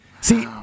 See